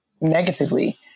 negatively